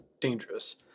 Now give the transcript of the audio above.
dangerous